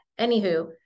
Anywho